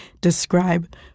describe